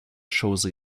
choses